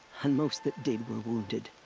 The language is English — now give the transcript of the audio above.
and most that did were wounded.